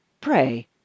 Pray